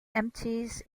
empties